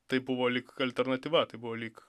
tai buvo lyg alternatyva tai buvo lyg